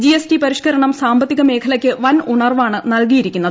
G S T പരിഷ്ക്കരണം സാമ്പത്തിക മേഖലയ്ക്ക് വൻ ഉണർവാണ് നൽകിയിരിക്കുന്നത്